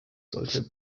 sollte